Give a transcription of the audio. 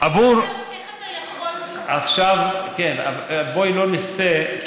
איך אתה יכול, בואי לא נסטה.